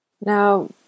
Now